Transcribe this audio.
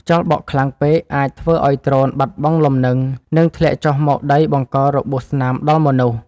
ខ្យល់បក់ខ្លាំងពេកអាចធ្វើឱ្យដ្រូនបាត់បង់លំនឹង និងធ្លាក់ចុះមកដីបង្ករបួសស្នាមដល់មនុស្ស។